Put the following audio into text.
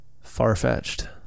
far-fetched